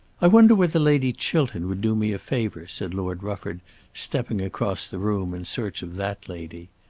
i wonder whether lady chiltern would do me a favour, said lord rufford stepping across the room in search of that lady.